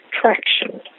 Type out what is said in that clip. Traction